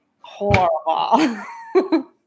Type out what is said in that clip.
horrible